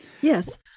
Yes